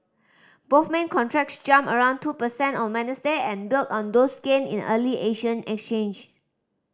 both main contracts jumped around two percent on Wednesday and built on those gain in early Asian exchange